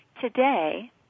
Today